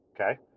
Okay